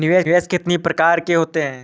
निवेश कितनी प्रकार के होते हैं?